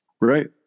right